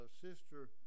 Sister